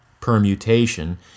permutation